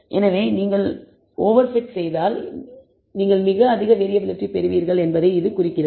எனவே இது நீங்கள் ஓவர் பிட் செய்தால் நீங்கள் மிக அதிக வேறியபிலிட்டி பெறுவீர்கள் என்பதைக் குறிக்கிறது